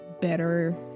better